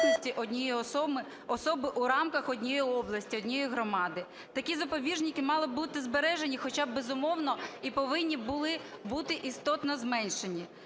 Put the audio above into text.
однієї особи у рамках однієї області, однієї громади. Такі запобіжники мали б бути збережені, хоча, безумовно, і повинні були бути істотно зменшені.